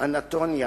אנטוניה